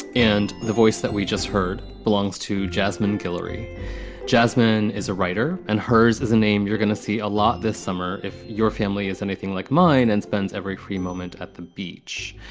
and the voice that we just heard belongs to jasmine guillory jasmine is a writer and hers is a name you're gonna see a lot this summer if your family is anything like mine and spends every free moment at the beach.